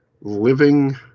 living